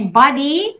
body